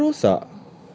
basikal dia rosak